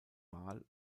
mal